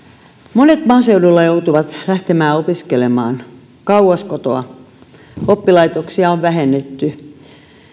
monet maaseudulla joutuvat lähtemään opiskelemaan kauas kotoa oppilaitoksia on vähennetty